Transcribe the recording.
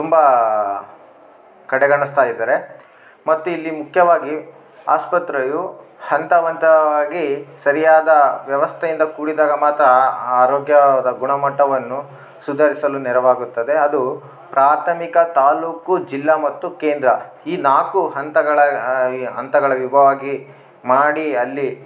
ತುಂಬ ಕಡೆಗಣಿಸ್ತಾ ಇದ್ದಾರೆ ಮತ್ತು ಇಲ್ಲಿ ಮುಖ್ಯವಾಗಿ ಆಸ್ಪತ್ರೆಯು ಹಂತ ಹಂತವಾಗಿ ಸರಿಯಾದ ವ್ಯವಸ್ಥೆಯಿಂದ ಕೂಡಿದಾಗ ಮಾತ್ರ ಆರೋಗ್ಯದ ಗುಣಮಟ್ಟವನ್ನು ಸುಧಾರಿಸಲು ನೆರವಾಗುತ್ತದೆ ಅದು ಪ್ರಾಥಮಿಕ ತಾಲೂಕು ಜಿಲ್ಲಾ ಮತ್ತು ಕೇಂದ್ರ ಈ ನಾಲ್ಕು ಹಂತಗಳ ಈ ಹಂತಗಳ ವಿಭಾಗ ಮಾಡಿ ಅಲ್ಲಿ